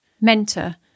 mentor